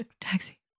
Taxi